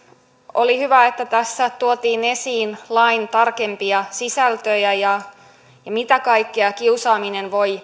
oli hyvä että tässä tuotiin esiin lain tarkempia sisältöjä ja mitä kaikkea kiusaaminen voi